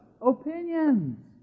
opinions